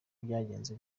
byagenze